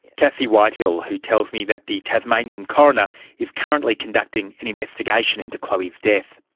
cassie whitehill, who tells me that the tasmanian coroner is currently conducting an investigation into chloe's death.